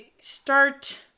start